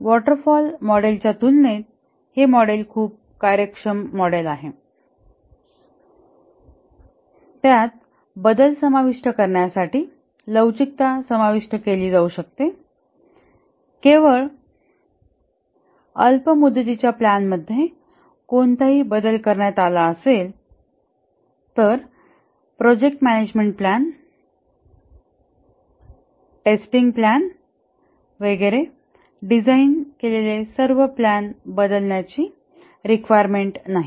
water fall मॉडेलच्या तुलनेत हे मॉडेल खूप कार्यक्षम आहे त्यात बदल समाविष्ट करण्यासाठी लवचिकता समाविष्ट केली जाऊ शकते केवळ अल्प मुदतीच्या प्लॅनमध्ये कोणताही बदल करण्यात आला असेल तर project management plan testing plan वगैरे डिझाईन केलेल्या सर्व प्लॅन बदलण्याची रिक्वायरमेंट नाही